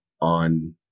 on